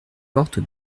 porte